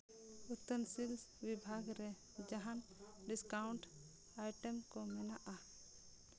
ᱟᱹᱛᱟᱹᱱᱥᱤᱞᱥ ᱵᱤᱵᱷᱟᱜᱽ ᱨᱮ ᱡᱟᱦᱟᱱ ᱰᱤᱥᱠᱟᱣᱩᱱᱴ ᱟᱭᱴᱮᱢ ᱠᱚ ᱢᱮᱱᱟᱜᱼᱟ